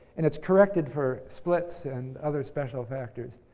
and it's corrected for splits and other special factors,